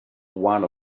one